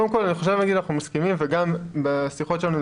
קודם כל אנחנו מסכימים וגם בשיחות שלנו עם